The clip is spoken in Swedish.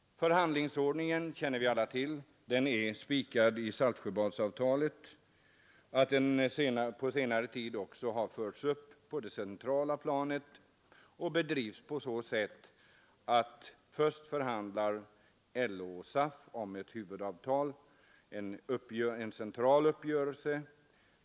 Förhandlingsordningen känner vi alla till. Den är spikad i Saltjöbadsavtalet. Vi vet också att den ordningen på senare tid har förts upp på det centrala planet och att förhandlingarna börjar med att LO och SAF förhandlar om ett huvudavtal, en central uppgörelse.